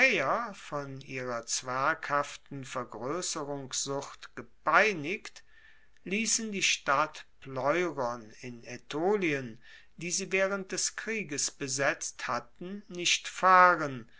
von ihrer zwerghaften vergroesserungssucht gepeinigt liessen die stadt pleuron in aetolien die sie waehrend des krieges besetzt hatten nicht fahren